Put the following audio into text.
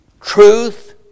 truth